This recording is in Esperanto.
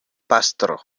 pastro